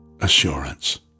assurance